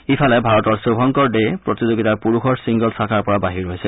ইফালে ভাৰতৰ শুভাংকৰ দে প্ৰতিযোগিতাৰ পুৰুষৰ ছিংগলছ শাখাৰ পৰা বাহিৰ হৈছে